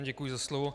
Děkuji za slovo.